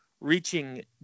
Reaching